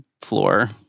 floor